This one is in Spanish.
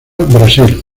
brasil